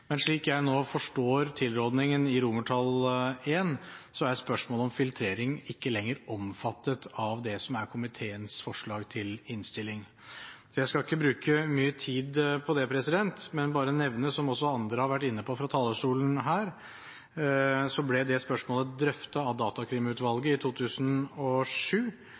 Men slik jeg forstår tilrådningen til vedtak I, er spørsmålet om filtrering ikke lenger omfattet av det som er komiteens forslag til vedtak. Jeg skal ikke bruke mye tid på dette, men bare nevne, som også andre har vært inne på fra talerstolen her: Dette spørsmålet ble drøftet av Datakrimutvalget i 2007.